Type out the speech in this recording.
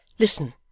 Listen